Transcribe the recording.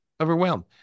overwhelmed